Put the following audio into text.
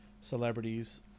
celebrities